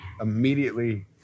immediately